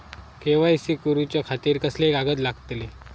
KYC करूच्या खातिर कसले कागद लागतले?